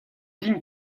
din